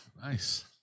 Nice